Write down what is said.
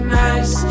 nice